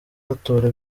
batora